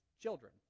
children